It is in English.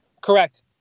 correct